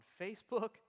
Facebook